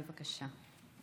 בבקשה.